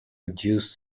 reduced